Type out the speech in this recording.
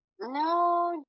no